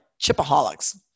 chipaholics